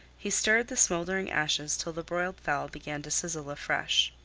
he stirred the smoldering ashes till the broiled fowl began to sizzle afresh.